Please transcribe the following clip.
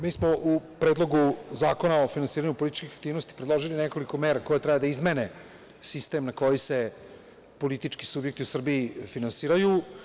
Mi smo u Predlogu zakona o finansiranju političkih aktivnosti predložili nekoliko mera koje treba da izmene sistem na koji se politički subjekti u Srbiji finansiraju.